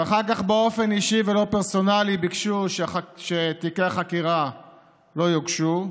ואחר כך באופן אישי ולא פרסונלי ביקשו שתיקי החקירה לא יוגשו,